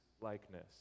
likeness